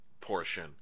portion